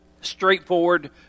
straightforward